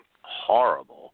horrible